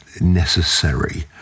necessary